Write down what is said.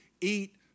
eat